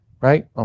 right